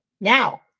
Now